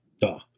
Duh